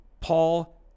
Paul